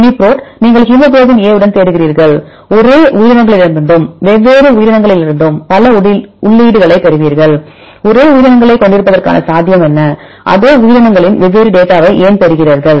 UniProt நீங்கள் haemoglobin A உடன் தேடுகிறீர்கள் ஒரே உயிரினங்களிடமிருந்தும் வெவ்வேறு உயிரினங்களிலிருந்தும் பல உள்ளீடுகளைப் பெறுவீர்கள் ஒரே உயிரினங்களைக் கொண்டிருப்பதற்கான சாத்தியம் என்ன அதே உயிரினங்களின் வெவ்வேறு டேட்டாவை ஏன் பெறுகிறீர்கள்